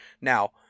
Now